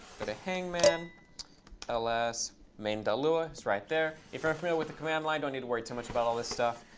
go to hangman ls main dot lua. it's right there. if you're unfamiliar with the command line, don't need to worry too much about all this stuff.